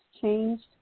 changed